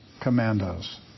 commandos